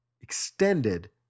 extended